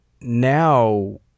now